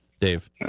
Dave